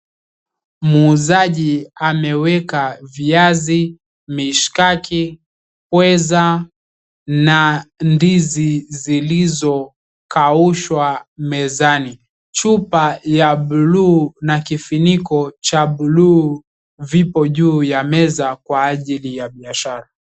Muuzaji ameweka viazi, mishkaki, pweza na ndizi zilizokaushwa mezani. Chupa ya blue na kifuniko cha blue vipo juu ya meza kwa ajili ya biashara.